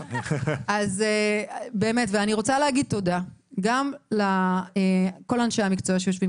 אני רוצה להגיד תודה גם לכל אנשי המקצוע שיושבים